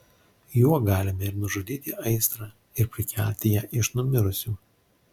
juo galime ir nužudyti aistrą ir prikelti ją iš numirusių